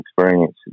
experience